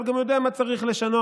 אבל גם יודע מה צריך לשנות.